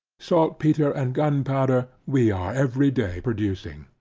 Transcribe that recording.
saltpetre and gunpowder we are every day producing.